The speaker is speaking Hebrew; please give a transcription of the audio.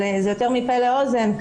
זה יותר עובר מפה לאוזן.